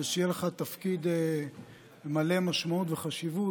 ושיהיה לך תפקיד מלא משמעות וחשיבות,